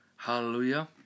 Hallelujah